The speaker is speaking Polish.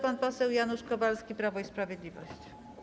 Pan poseł Janusz Kowalski, Prawo i Sprawiedliwość.